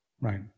Right